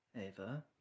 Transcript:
Ava